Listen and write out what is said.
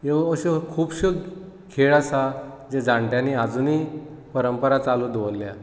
ह्यो अश्यो खुबश्यो खेळ आसा जे जाणट्यांनी आजूनीय परंपरा चालू दवरल्या